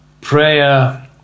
prayer